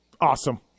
Awesome